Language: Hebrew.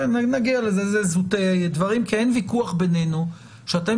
נגיע לזה אלה זוטי דברים כי אין ויכוח בינינו שאתם